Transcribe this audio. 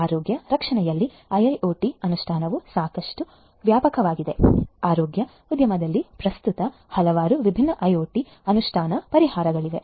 ಆರೋಗ್ಯ ರಕ್ಷಣೆಯಲ್ಲಿ IIoT ಅನುಷ್ಠಾನವು ಸಾಕಷ್ಟು ವ್ಯಾಪಕವಾಗಿದೆ ಆರೋಗ್ಯ ಉದ್ಯಮದಲ್ಲಿ ಪ್ರಸ್ತುತ ಹಲವಾರು ವಿಭಿನ್ನ ಐಒಟಿ ಅನುಷ್ಠಾನ ಪರಿಹಾರಗಳಿವೆ